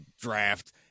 draft